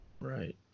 Right